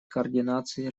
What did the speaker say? координации